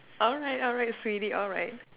alright alright sweetie alright